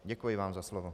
Děkuji vám za slovo.